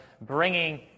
bringing